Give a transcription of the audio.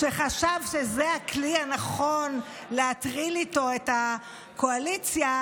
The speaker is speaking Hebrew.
שחשב שזה הכלי הנכון להטריל איתו את הקואליציה,